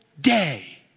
day